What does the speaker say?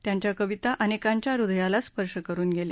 त्यांच्या कविता अनेकांच्या हृदयाला स्पर्ष करून गेल्या